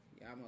Y'all